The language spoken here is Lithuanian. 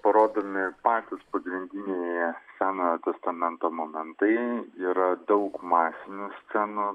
parodomi patys pagrindiniai senojo testamento momentai yra daug masinių scenų